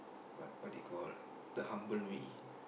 what what do you call the humble we